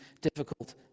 difficult